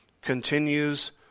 continues